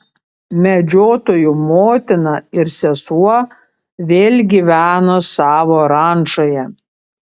medžiotojo motina ir sesuo vėl gyveno savo rančoje